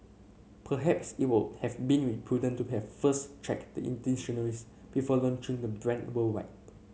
perhaps it would have been prudent to have first checked the in dictionaries before launching the brand worldwide